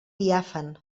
diàfan